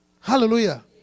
Hallelujah